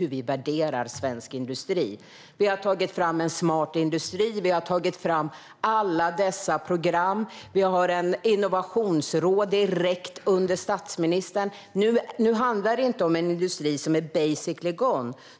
hur vi värderar svensk industri. Vi har tagit fram Smart industri och alla dessa program, och vi har ett innovationsråd direkt under statsministern. Nu handlar det inte om en industri som är basically gone.